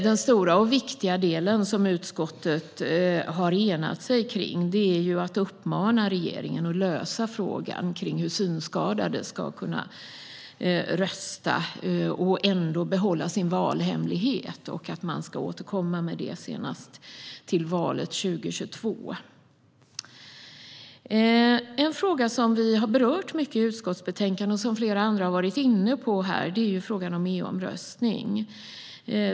Det stora och viktiga som utskottet har enats kring är en uppmaning till regeringen att senast till valet 2022 lösa frågan hur synskadade ska kunna rösta och ändå behålla sin valhemlighet. En fråga som vi har berört mycket i utskottsbetänkanden och som flera andra har varit inne på är frågan om e-omröstning.